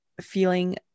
feeling